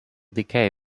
decay